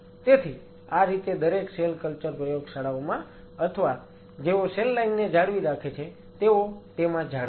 તેથી આ રીતે દરેક સેલ કલ્ચર પ્રયોગશાળાઓમાં અથવા જેઓ સેલ લાઈન ને જાળવી રાખે છે તેઓ તેમાં જાળવે છે